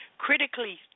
critically